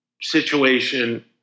situation